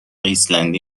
ایسلندی